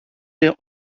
der